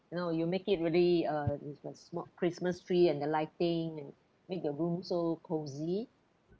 you know you make it really uh with the small christmas tree and the lighting and make the room so cozy